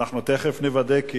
תיכף נוודא מי ישיב לנו,